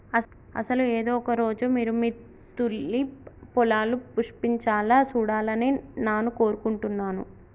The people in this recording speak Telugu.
అసలు ఏదో ఒక రోజు మీరు మీ తూలిప్ పొలాలు పుష్పించాలా సూడాలని నాను కోరుకుంటున్నాను